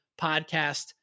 podcast